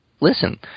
listen